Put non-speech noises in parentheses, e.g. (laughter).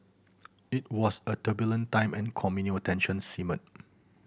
it was a turbulent time and communal tensions simmered (noise)